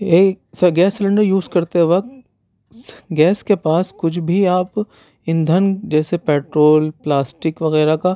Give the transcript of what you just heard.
یہی سا gas cylinder use کرتے وقت گیس کے پاس کچھ بھی آپ ایندھن جیسے پٹرول پلاسٹک وغیرہ کا